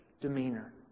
demeanor